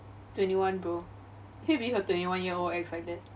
twenty one bro can you believe a twenty one year old acts like that